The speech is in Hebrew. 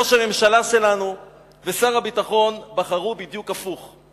ראש הממשלה שלנו ושר הביטחון בחרו בדיוק הפוך: